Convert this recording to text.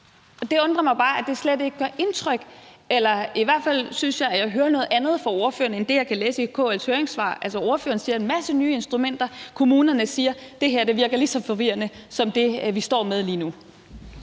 Det undrer mig bare, at det slet ikke gør indtryk – eller i hvert fald synes jeg, at jeg hører noget andet fra ordføreren end det, jeg kan læse i KL's høringssvar. Altså, ordføreren siger noget om en masse nye instrumenter; kommunerne siger, at det her virker lige så forvirrende som det, de står med lige nu.